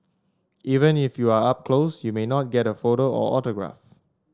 even if you are up close you may not get a photo or autograph